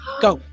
Go